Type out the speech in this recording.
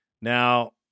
Now